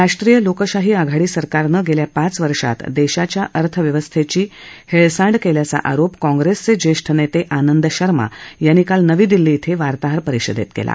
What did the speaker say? राष्ट्रीय लोकशाही आघाडी सरकारनं गेल्या पाच वर्षात देशाच्या अर्थव्यवस्थेची हेळसांड केल्याचा आरोप काँग्रेसचे ज्येष्ठ नेते आनंद शर्मा यांनी नवी दिल्ली इथं वार्ताहर परिषदेत केला